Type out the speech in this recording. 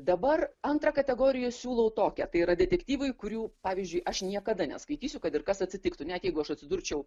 dabar antrą kategoriją siūlau tokią tai yra detektyvui kurių pavyzdžiui aš niekada neskaitysiu kad ir kas atsitiktų net jeigu aš atsidurčiau